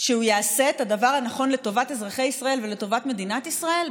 שהוא יעשה את הדבר הנכון לטובת אזרחי ישראל ולטובת מדינת ישראל?